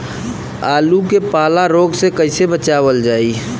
आलू के पाला रोग से कईसे बचावल जाई?